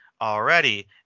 already